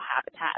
habitat